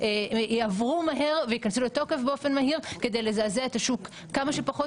יעברו מהר ויכנסו תוקף באופן מהיר כדי לזעזע את השוק כמה שפחות,